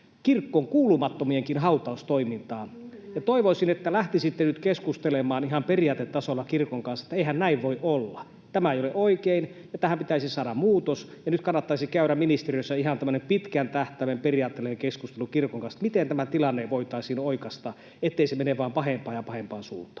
kirkkoon kuulumattomienkin hautaustoimintaa. Toivoisin, että lähtisitte nyt keskustelemaan ihan periaatetasolla kirkon kanssa, että eihän näin voi olla. Tämä ei ole oikein, ja tähän pitäisi saada muutos. Nyt kannattaisi käydä ministeriössä ihan tämmöinen pitkän tähtäimen periaatteellinen keskustelu kirkon kanssa, miten tämä tilanne voitaisiin oikaista, ettei se mene vaan pahempaan ja pahempaan suuntaan.